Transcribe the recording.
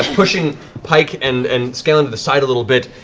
pushing pike and and scanlan to the side a little bit,